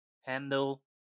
handle